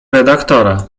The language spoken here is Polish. redaktora